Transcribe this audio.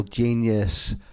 Genius